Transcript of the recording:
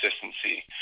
consistency